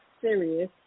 serious